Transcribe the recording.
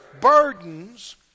burdens